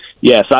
yes